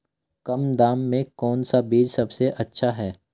कम दाम में कौन सा बीज सबसे अच्छा है?